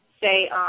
say